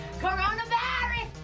Coronavirus